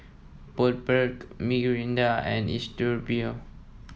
Bundaberg Mirinda and Istudio